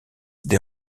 des